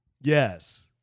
Yes